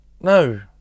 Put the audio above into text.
No